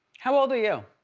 how old are you?